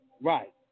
Right